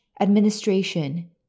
administration